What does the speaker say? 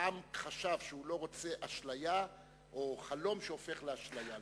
העם חשב הוא לא רוצה אשליה או חלום שהופך לאשליה.